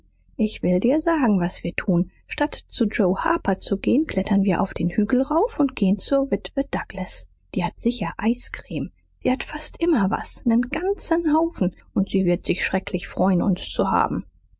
ich will dir sagen was wir tun statt zu joe harper zu gehn klettern wir auf den hügel rauf und gehn zur witwe douglas die hat sicher eiscreme sie hat fast immer was nen ganzen haufen und sie wird sich schrecklich freuen uns zu haben